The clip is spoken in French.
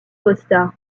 costa